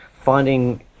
finding